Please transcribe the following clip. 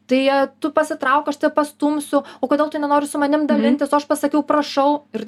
tai tu pasitrauk aš pastumsiu o kodėl tu nenori su manim dalintis o aš pasakiau prašau ir